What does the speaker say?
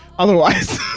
otherwise